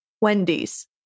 Wendy's